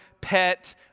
pet